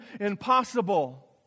impossible